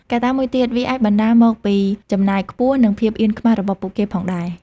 កត្តាមួយទៀត វាអាចបណ្ដាលមកពីចំណាយខ្ពស់ និងភាពខ្មាស់អៀនរបស់ពួកគេផងដែរ។